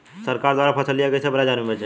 सरकार द्वारा फसलिया कईसे बाजार में बेचाई?